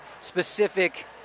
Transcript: specific